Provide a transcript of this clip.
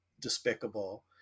despicable